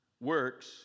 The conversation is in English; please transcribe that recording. works